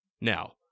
now